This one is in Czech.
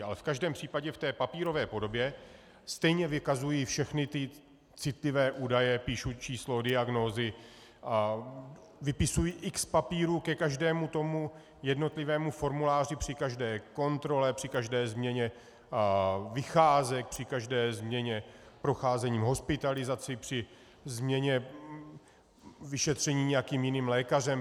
Ale v každém případě v té papírové podobě stejně vykazují všechny ty citlivé údaje píšu číslo diagnózy a vypisuji x papírů ke každému tomu jednotlivému formuláři při každé kontrole, při každé změně vycházek, při každé změně procházením hospitalizací, při změně vyšetření nějakým jiným lékařem.